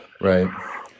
Right